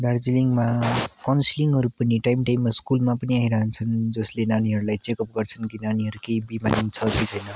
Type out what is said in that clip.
दार्जिलिङमा काउन्सिलिङहरू पनि टाइम टाइममा स्कुलमा पनि आइरहछन् जसले नानीहरूलाई चेकप गर्छन् कि नानीहरू केही बिमारी छ कि छैन